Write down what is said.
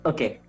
Okay।